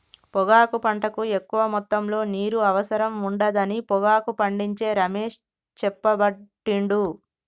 పొగాకు పంటకు ఎక్కువ మొత్తములో నీరు అవసరం ఉండదని పొగాకు పండించే రమేష్ చెప్పబట్టిండు